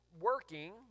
working